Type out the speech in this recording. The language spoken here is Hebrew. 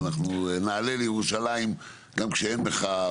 ואנחנו נעלה לירושלים גם כשאין מחאה,